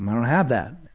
don't have that.